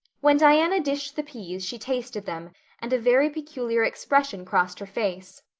when diana dished the peas she tasted them and a very peculiar expression crossed her face.